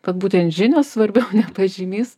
kad būtent žinios svarbiau ne pažymys